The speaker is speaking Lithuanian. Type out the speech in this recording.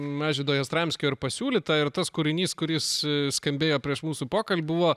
mažvydo jastramskio ir pasiūlyta ir tas kūrinys kuris skambėjo prieš mūsų pokalbį buvo